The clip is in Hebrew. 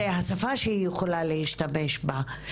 זה השפה שהיא יכולה להשתמש בה.